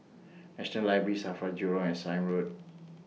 National Library SAFRA Jurong and Sime Road